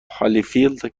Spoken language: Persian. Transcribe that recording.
هالیفیلد